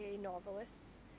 novelists